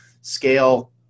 scale